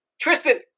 Tristan –